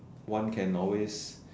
one can always